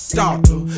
doctor